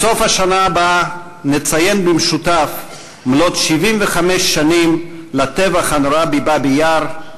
בסוף השנה הבאה נציין במשותף מלאות 75 שנים לטבח הנורא בבאבי-יאר,